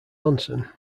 onsen